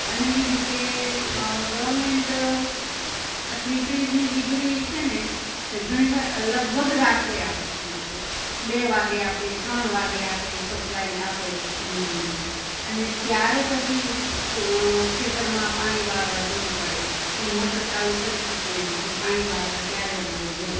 અને બીજું કે ગવર્મેન્ટ આ થ્રી ફેઝની વિજળી છે ને ઘણી વા લગભગ રાત્રે આપે છે એ લોકો બે વાગ્યે આપે ત્રણ વાગ્યે આપે સપ્લાય આપે વીજળીનો અને ત્યારે પછી ખેતરમાં પાણી વાળવા જવું પડે મોટર ચાલુ કરી શકીએ અને પછી પાણી વાળવા ત્યારે અમારે જવું પડે